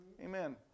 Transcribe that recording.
Amen